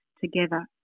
together